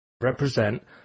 represent